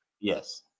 Yes